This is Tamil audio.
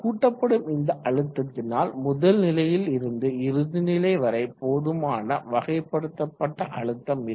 கூட்டப்படும் இந்த அழுத்தத்தினால் முதல் நிலையில் இருந்து இறுதி நிலை வரை போதுமான வகைப்படுத்தப்பட்ட அழுத்தம் இருக்கும்